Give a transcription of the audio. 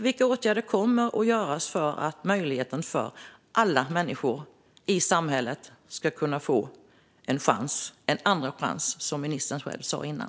Vilka åtgärder kommer att göras för att göra det möjligt för alla människor i samhället att få en andra chans, som ministern själv sa innan?